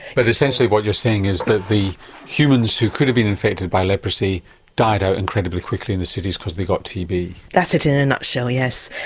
but essentially what you're saying is that the humans who could have been infected by leprosy died out incredibly quickly in the cities because they got tb? that's it in a nutshell, yes.